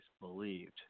believed